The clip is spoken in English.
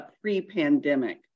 pre-pandemic